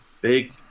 Big